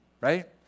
right